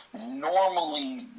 Normally